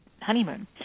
honeymoon